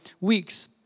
weeks